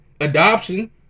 adoption